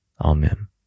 Amen